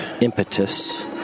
impetus